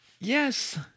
Yes